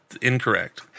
incorrect